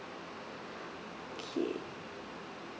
okay